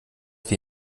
wie